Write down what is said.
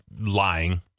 lying